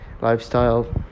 Lifestyle